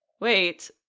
wait